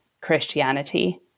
Christianity